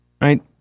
Right